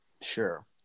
Sure